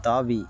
தாவி